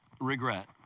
regret